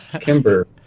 Kimber